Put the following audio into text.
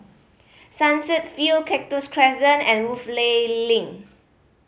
Sunset View Cactus Crescent and Woodleigh Link